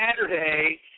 Saturday